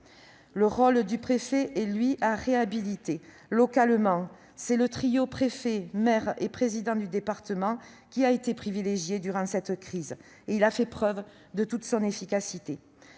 Le rôle du préfet est, lui, à réhabiliter. Localement, c'est le trio préfet-maire-président du département qui a été privilégié durant cette crise, et il a fait preuve de toute son efficacité.